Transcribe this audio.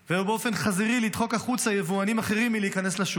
ובאופן חזירי לדחוק החוצה יבואנים אחרים מלהיכנס לשוק.